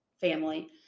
family